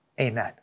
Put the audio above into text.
amen